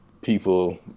people